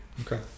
Okay